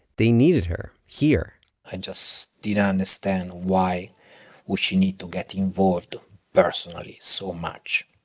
they needed her here i just didn't understand, why would she need to get involved personally so much?